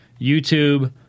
YouTube